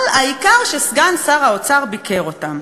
אבל העיקר שסגן שר האוצר ביקר אותם.